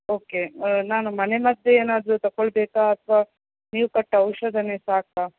okay ನಾನು ಮನೆ ಮದ್ದು ಏನಾದರೂ ತಕೊಳ್ಬೇಕಾ ಅಥವಾ ನೀವು ಕೊಟ್ಟ ಔಷಧವೆ ಸಾಕಾ